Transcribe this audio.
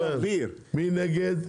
מי נגד?